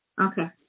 Okay